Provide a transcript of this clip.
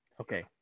Okay